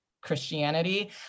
Christianity